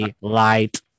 light